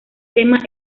tema